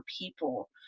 people